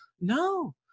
No